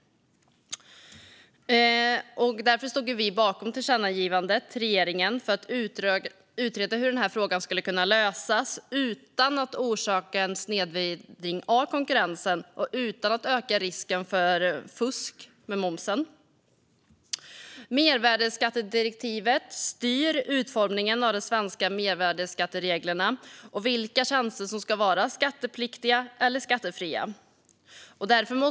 Vi stod därför bakom tillkännagivandet till regeringen om att utreda hur frågan kan lösas utan att orsaka en snedvridning av konkurrensen och utan att öka risken för fusk med momsen. Mervärdesskattedirektivet styr utformningen av de svenska mervärdesskattereglerna och vilka tjänster som ska vara skattepliktiga eller skattefria.